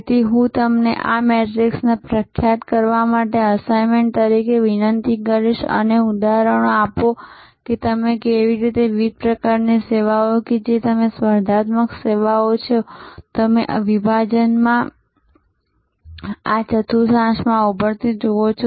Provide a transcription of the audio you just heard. તેથી હું તમને આ મેટ્રિક્સને પ્રખ્યાત કરવા માટે અસાઇનમેન્ટ તરીકે વિનંતી કરીશ અને મને ઉદાહરણો આપો કે તમે કેવી રીતે વિવિધ પ્રકારની સેવાઓ કે જે તમે સ્પર્ધાત્મક સેવાઓ છો તમે આ વિભાજનમાં આ ચતુર્થાંશમાં ઉભરતી જુઓ છો